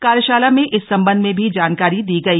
कार्यशाला में इस संबंध में भी जानकारी दी गई